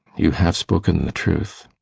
you have spoken the truth.